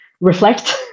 reflect